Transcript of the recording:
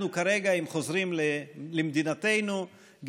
אם חוזרים למדינתנו,